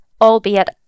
albeit